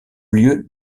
lieu